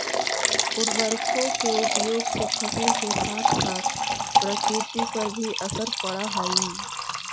उर्वरकों के उपयोग से फसल के साथ साथ प्रकृति पर भी असर पड़अ हई